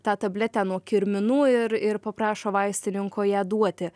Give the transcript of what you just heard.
tą tabletę nuo kirminų ir ir paprašo vaistininko ją duoti